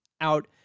out